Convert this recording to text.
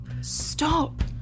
Stop